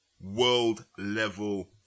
world-level